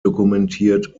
dokumentiert